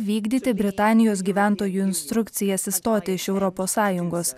vykdyti britanijos gyventojų instrukcijas išstoti iš europos sąjungos